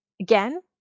Again